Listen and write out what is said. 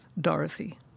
Dorothy